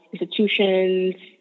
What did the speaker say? institutions